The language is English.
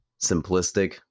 simplistic